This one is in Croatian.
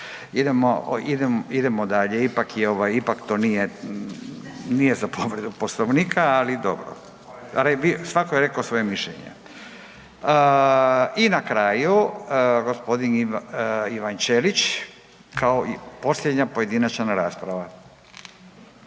je ovaj, ipak to nije, nije za povredu Poslovnika, ali dobro, svako je rekao svoje mišljenje. I na kraju gospodin Ivan Ćelić kao i posljednja pojedinačna rasprava.